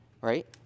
right